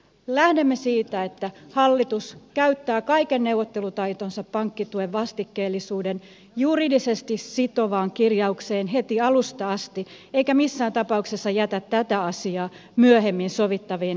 lähdemme siitä että hallitus käyttää kaiken neuvottelutaitonsa pankkituen vastikkeellisuuden juridisesti sitovaan kirjaukseen heti alusta asti eikä missään tapauksessa jätä tätä asiaa myöhemmin sovittavien asioiden piiriin